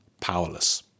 powerless